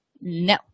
no